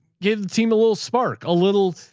give the team a little spark, a little,